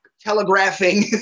telegraphing